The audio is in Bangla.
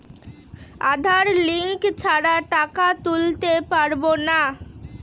আধার লিঙ্ক ছাড়া টাকা তুলতে পারব না?